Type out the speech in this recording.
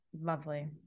lovely